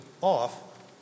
off